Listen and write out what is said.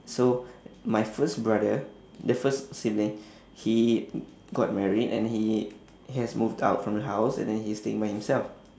so my first brother the first sibling he got married and he has moved out from the house and then he is staying by himself